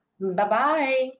Bye-bye